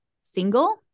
single